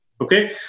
Okay